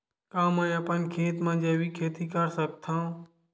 का मैं अपन खेत म जैविक खेती कर सकत हंव?